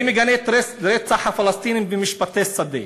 אני מגנה את רצח הפלסטינים במשפטי שדה.